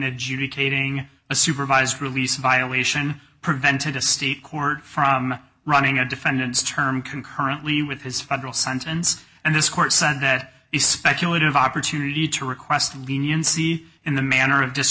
adjudicating a supervised release violation prevented a state court from running a defendant's term concurrently with his federal sentence and this court sunday that is speculative opportunity to request leniency in the manner of